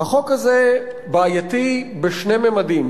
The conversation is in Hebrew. החוק הזה בעייתי בשני ממדים.